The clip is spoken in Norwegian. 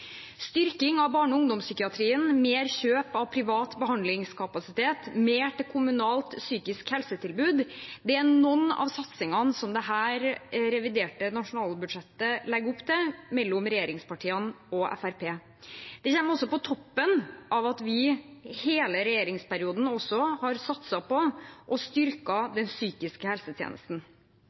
Styrking av barne- og ungdomspsykiatrien, mer kjøp av privat behandlingskapasitet, mer til kommunalt psykisk helsetilbud er noen av satsingene som dette reviderte nasjonalbudsjettet legger opp til regjeringspartiene og Fremskrittspartiet imellom. Det kommer på toppen av at vi i hele regjeringsperioden har satset på og styrket den psykiske helsetjenesten.